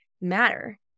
matter